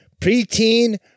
Preteen